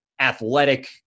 athletic